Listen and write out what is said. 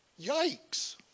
yikes